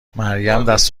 مریم، دست